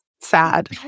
sad